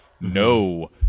No